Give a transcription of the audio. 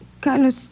Carlos